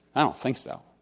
i don't think so.